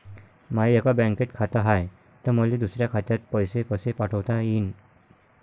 माय एका बँकेत खात हाय, त मले दुसऱ्या खात्यात पैसे कसे पाठवता येईन?